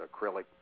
acrylic